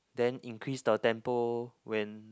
then increase the tempo when